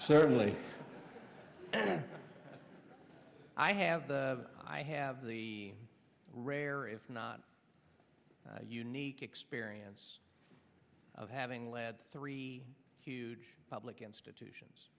certainly i have i have the rare if not unique experience of having led three huge public institutions